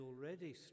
already